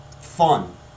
fun